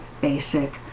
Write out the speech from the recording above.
basic